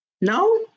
No